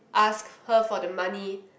ask her for the money